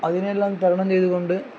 അതിനെ എല്ലാം തരണം ചെയ്ത് കൊണ്ട്